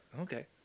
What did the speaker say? Okay